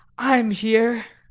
i am here.